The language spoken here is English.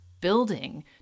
Building